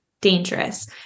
dangerous